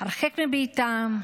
הרחק מביתם,